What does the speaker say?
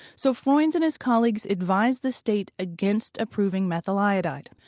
so froines and his colleagues advised the state against approving methyl iodide.